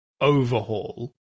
overhaul